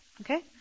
Okay